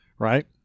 Right